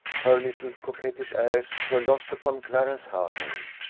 her little coquettish airs were lost upon clarence hervey,